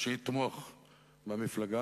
שיתמוך במפלגה.